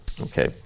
Okay